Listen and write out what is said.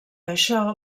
això